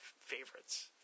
favorites